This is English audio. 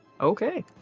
Okay